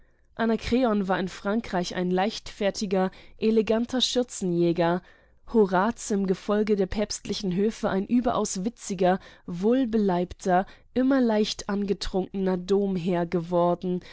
war in frankreich ein leichtfertiger eleganter schürzenjäger horaz im gefolge der päpstlichen höfe ein überaus witziger wohlbeleibter immer leicht angetrunkener domherr geworden